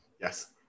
Yes